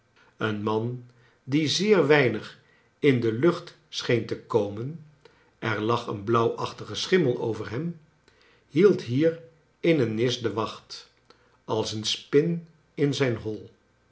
een man die zeer weinig in de lucht scheen te komen er lag een blauwachtige schimmel over hem hield hier in een nis de wacht als een spin in zijn hoi